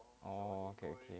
okay okay